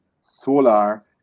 solar